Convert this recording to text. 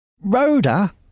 Rhoda